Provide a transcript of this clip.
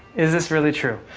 is this really true?